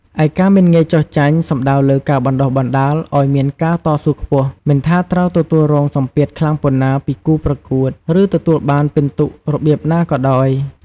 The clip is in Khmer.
ឯការមិនងាយចុះចាញ់សំដៅលើការបណ្ដុះបណ្ដាលឲ្យមានការតស៊ូខ្ពស់ មិនថាត្រូវទទួលរងសម្ពាធខ្លាំងប៉ុណ្ណាពីគូប្រកួត ឬទទួលបានពិន្ទុរបៀបណាក៏ដោយ។